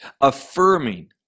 affirming